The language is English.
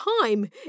time